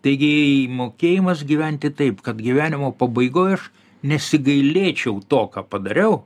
taigi mokėjimas gyventi taip kad gyvenimo pabaigoj aš nesigailėčiau to ką padariau